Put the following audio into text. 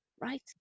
right